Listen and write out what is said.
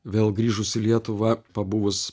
vėl grįžus į lietuvą pabuvus